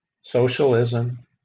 socialism